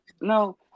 No